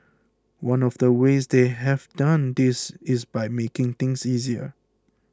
one of the ways they have done this is by making things easier